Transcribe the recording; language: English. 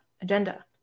agenda